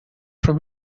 from